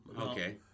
Okay